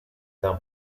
the